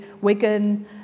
Wigan